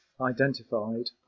identified